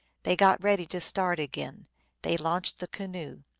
they got ready to start again they launched the canoe.